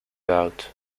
out